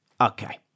okay